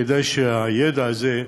כדי שהידע הזה,